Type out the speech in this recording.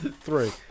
Three